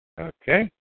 Okay